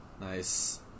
Nice